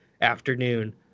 afternoon